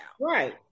Right